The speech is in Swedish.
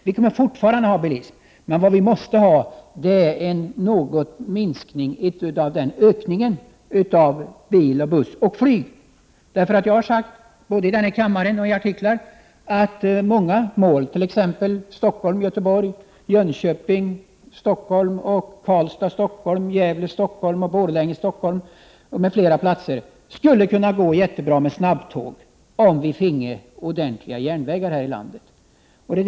Vi kan fortfarande ha bilism, men då måste det ske en minskad ökning av bil-, bussoch flygtrafiken. Jag har sagt, både i denna kammare och i artiklar, att många sträckor, t.ex. Göteborg-Stockholm, Jönköping-Stockholm, Karlstad-Stockholm, Gävle Stockholm och Borlänge-Stockholm, skulle kunna gå mycket bra med snabbtåg om vi fick ordentliga järnvägar i detta land.